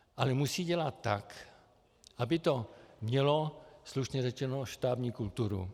Ale musí ji dělat tak, aby to mělo, slušně řečeno, štábní kulturu.